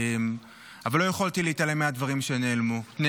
אבל לא יכולתי להתעלם מהדברים שנאמרו.